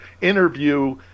interview